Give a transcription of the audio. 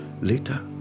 later